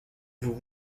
vous